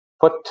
put